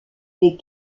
les